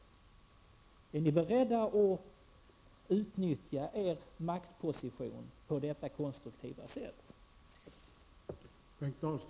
Är ni beredda att utnyttja er maktposition på detta konstruktiva sätt?